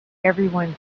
everyone